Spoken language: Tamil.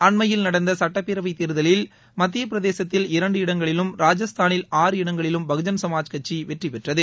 அண்மையில் நடந்த சட்டப் பேரவைத் தேர்தலில் மத்தியப் பிரதேசத்தில் இரண்டு இடங்களிலும் ராஜஸ்தானில் ஆறு இடங்களிலும் பகுஜன் சமாஜ் கட்சி வெற்றி பெற்றது